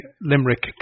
Limerick